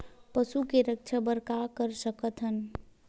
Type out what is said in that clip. पशु के रक्षा बर का कर सकत हन?